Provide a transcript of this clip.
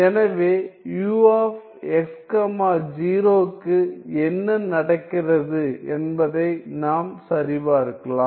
எனவே ux 0 க்கு என்ன நடக்கிறது என்பதை நாம் சரிபார்க்கலாம்